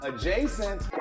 Adjacent